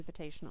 invitational